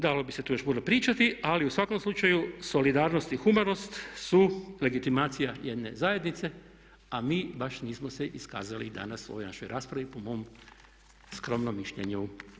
Dalo bi se tu još puno pričati, ali u svakom slučaju solidarnost i humanost su legitimacija jedne zajednice a mi baš nismo se iskazali danas u ovoj našoj raspravi, po mom skromnom mišljenju.